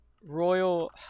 Royal